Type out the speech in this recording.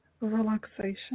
relaxation